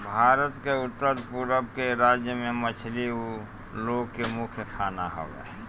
भारत के उत्तर पूरब के राज्य में मछली उ लोग के मुख्य खाना हवे